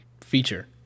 feature